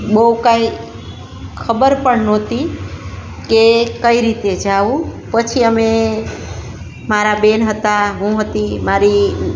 બહુ કાંઈ ખબર પણ નહોતી કે કઈ રીતે જવું પછી અમે મારા બહેન હતાં હું હતી મારી